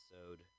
episode